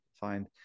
Find